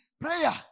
prayer